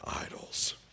idols